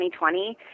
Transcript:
2020